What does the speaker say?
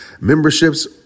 memberships